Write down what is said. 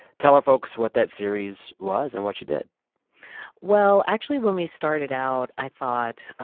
tell our folks what that series was and what you did well, actually, when we started out, i thought,